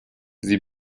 sie